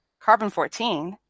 Carbon-14